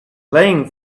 playing